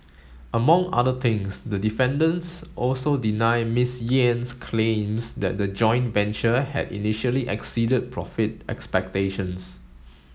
among other things the defendants also deny Miss Yen's claims that the joint venture had initially exceeded profit expectations